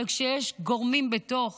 אבל כשיש גורמים בתוך